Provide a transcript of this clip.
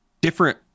different